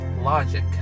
Logic